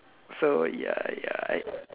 so ya ya I